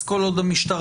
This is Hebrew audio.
אז כל עוד המשטרה,